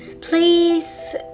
please